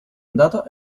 andata